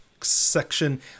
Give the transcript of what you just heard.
section